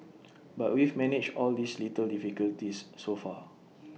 but we've managed all these little difficulties so far